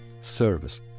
service